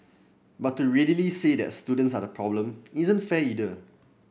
but to readily say that students are the problem isn't fair either